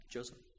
Joseph